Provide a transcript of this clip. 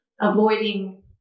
avoiding